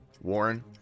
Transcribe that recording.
Warren